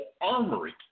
armory